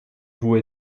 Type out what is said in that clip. vous